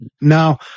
Now